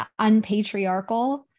unpatriarchal